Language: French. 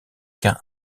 quint